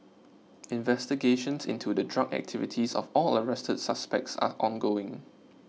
investigations into the drug activities of all arrested suspects are ongoing